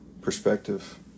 perspective